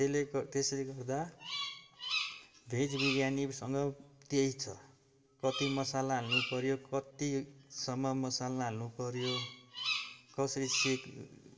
त्यसले त्यसले गर्दा भेज बिरयानीसँग त्यही छ कति मसला हाल्नु पऱ्यो कतिसम्म मसला हाल्नु पऱ्यो कसरी सेक्